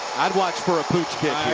i'd watch for a pooch kick